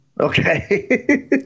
Okay